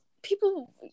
people